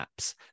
apps